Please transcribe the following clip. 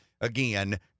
again